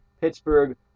Pittsburgh